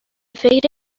فکر